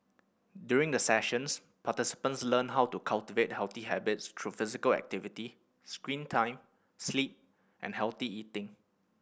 during the sessions participants learn how to cultivate healthy habits through physical activity screen time sleep and healthy eating